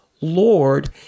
Lord